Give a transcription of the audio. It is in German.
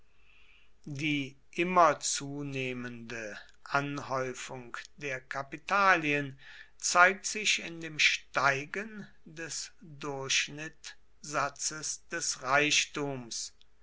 die immer zunehmende anhäufung der kapitalien zeigt sich in dem steigen des durchschnittsatzes des reichtums